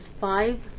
five